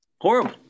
Horrible